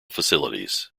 facilities